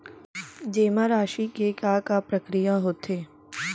जेमा राशि के का प्रक्रिया होथे?